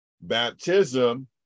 baptism